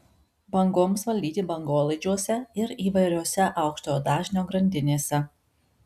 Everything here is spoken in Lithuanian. bangoms valdyti bangolaidžiuose ir įvairiose aukštojo dažnio grandinėse